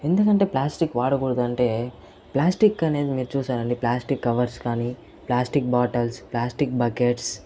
ఎందుకంటే ప్లాస్టిక్ వాడకూడదు అంటే ప్లాస్టిక్ అనేది మీరు చూశారండి ప్లాస్టిక్ కవర్స్ కానీ ప్లాస్టిక్ బాటిల్స్ ప్లాస్టిక్ బకెట్స్